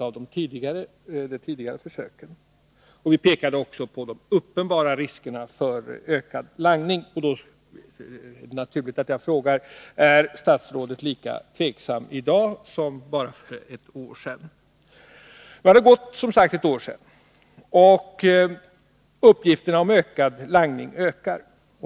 av de tidigare försöken kunde konstateras. Vi pekade på de uppenbara riskerna för ökad langning. Därför är det naturligt att jag frågar om statsrådet är lika tveksam i dag som för bara ett år sedan. Nu har det som sagt gått ett år, och uppgifter om ökad langning kommer in.